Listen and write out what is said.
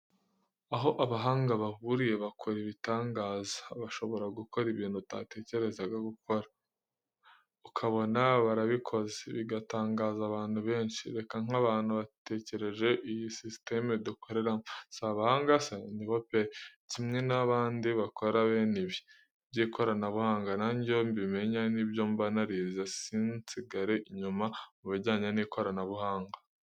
Aho abahanga bahuriye bakora ibitangaza, bashobora gukora ibintu utatekerezaga gukora, ukabona barabikoze bigatangaza abantu benshi. Reba nk'abantu batekereje iyi sisiteme dukoreramo si abahanga se? Ni bo pe! Kimwe n'abandi bakora bene ibi by'ikoranabuhanga nanjye iyo mbimenya ni byo mba narize, sinsigare inyuma mu bijyanye n'ikoranabuhanga.